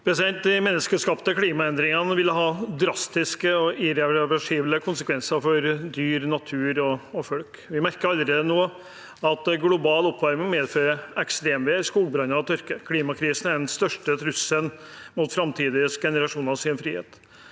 De menneske- skapte klimaendringene vil ha drastiske og irreversible konsekvenser for dyr, natur og folk. Vi merker allerede nå at global oppvarming medfører ekstremvær, skogbranner og tørke. Klimakrisen er den største trusselen mot framtidige generasjoners frihet.